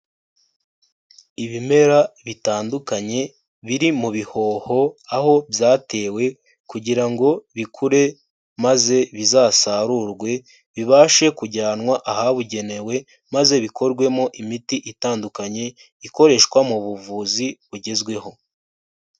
Ibimera bitandukanye biri mu bihoho, aho byatewe kugira ngo bikure maze bizasarurwe, bibashe kujyanwa ahabugenewe, maze bikorwemo imiti itandukanye, ikoreshwa mu buvuzi bugezweho.